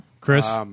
Chris